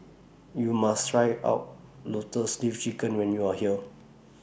YOU must Try out Lotus Leaf Chicken when YOU Are here